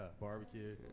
barbecue